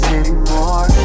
anymore